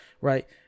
right